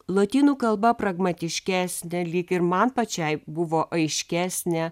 lotynų kalba pragmatiškesnė lyg ir man pačiai buvo aiškesnė